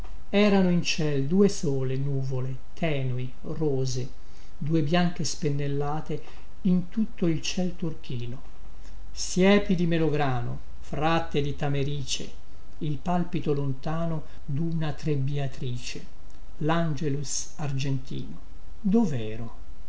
erano in ciel due sole nuvole tenui rose due bianche spennellate in tutto il ciel turchino siepi di melograno fratte di tamerice il palpito lontano duna trebbïatrice langelus argentino dovero